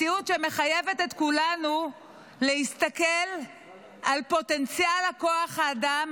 מציאות שמחייבת את כולנו להסתכל על פוטנציאל כוח האדם,